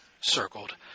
circled